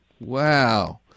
Wow